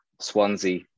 Swansea